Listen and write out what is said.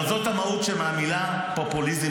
סימון דוידסון (יש עתיד): כי תקציבית,